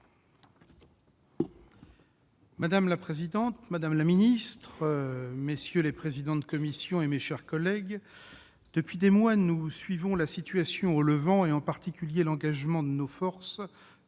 Madame la présidente, madame la secrétaire d'État, messieurs les présidents de commission, mes chers collègues, depuis des mois, nous suivons la situation au Levant, en particulier l'engagement de nos forces